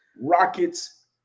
rockets